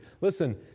Listen